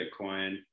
Bitcoin